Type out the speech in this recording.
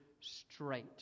straight